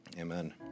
amen